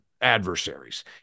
adversaries